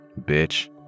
bitch